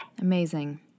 Amazing